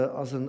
als